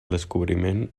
descobriment